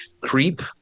creep